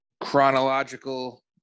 Chronological